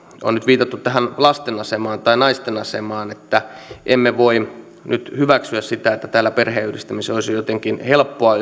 on nyt viitattu tähän lasten asemaan tai naisten asemaan että emme voi nyt hyväksyä sitä että täällä perheenyhdistäminen olisi jotenkin helppoa